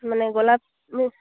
ᱢᱟᱱᱮ ᱜᱳᱞᱟᱯ